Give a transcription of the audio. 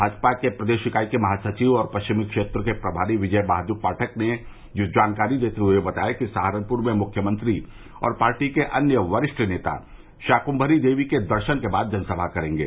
भाजपा के प्रदेश इकाई के महासचिव और पश्चिमी क्षेत्र के प्रभारी विजय बहादुर पाठक ने यह जानकारी देते हुए बताया कि सहारनपुर में मुख्यमंत्री और पार्टी के अन्य वरिष्ठ नेता शाकूमरी देवी के दर्शन के बाद जनसभा करेंगे